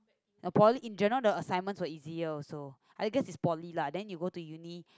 no Poly in general the assignments were easier also I guess it's Poly lah then you go to Uni